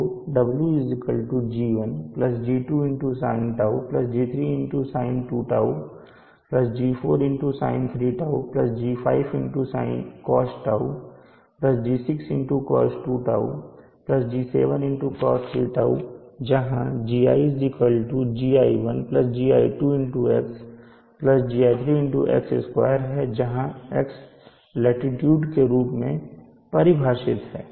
तो w G1 G2sinτ G3sin2τ G4sin3τ G5cosτ G6cos2τ G7cos3τ है जहाँ Gi gi1 gi2x gi3 x2 है जहाँ x लाटीट्यूड के रूप में परिभाषित है